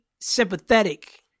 sympathetic